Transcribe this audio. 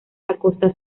acosta